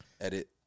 Edit